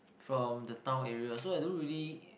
from the town area so I don't really